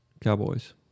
Cowboys